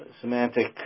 semantic